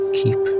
keep